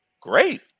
Great